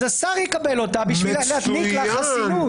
אז השר יקבל אותה כדי להעניק לה חסינות.